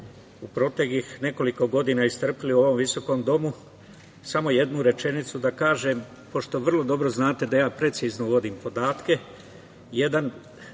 u proteklih nekoliko godina istrpeli u ovom visokom domu. Samo jednu rečenicu da kažem, pošto vrlo dobro znate da ja precizno vodim podatke,